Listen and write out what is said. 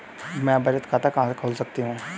मैं बचत खाता कहां खोल सकती हूँ?